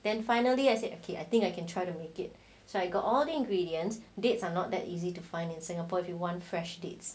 then finally I said okay I think I can try to make it so I got all the ingredients dates are not that easy to find in singapore if you want fresh dates